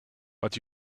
but